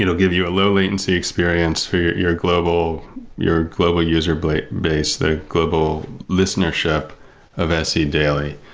you know give you a low latency experience for your global your global user but base, the global listenership of se daily.